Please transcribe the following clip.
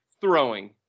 throwing